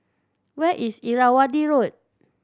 where is Irrawaddy Road